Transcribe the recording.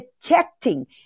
detecting